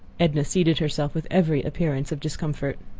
edna seated herself with every appearance of discomfort.